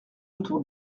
autour